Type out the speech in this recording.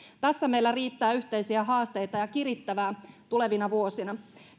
tässä meillä riittää yhteisiä haasteita ja kirittävää tulevina vuosina